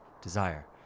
desire